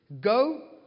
Go